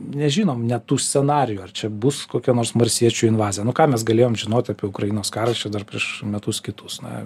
nežinom net tų scenarijų ar čia bus kokia nors marsiečių invazija nu ką mes galėjom žinot apie ukrainos karas čia dar prieš metus kitus na